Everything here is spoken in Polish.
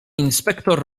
inspektor